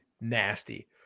nasty